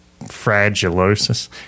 fragilosis